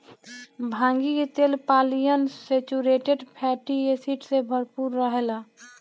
भांगी के तेल पालियन सैचुरेटेड फैटी एसिड से भरपूर रहेला